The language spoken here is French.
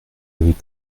avait